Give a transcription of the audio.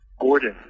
Gordon